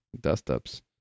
Dust-ups